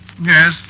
Yes